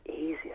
easier